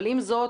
אבל עם זאת,